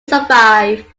survive